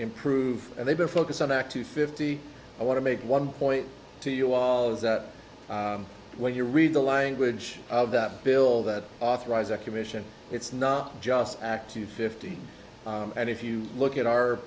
improve and they've been focused on that to fifty i want to make one point to you all is that when you read the language of that bill that authorize a commission it's not just act to fifty and if you look at our